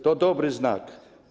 To dobry znak.